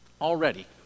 already